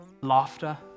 laughter